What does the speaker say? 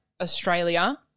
Australia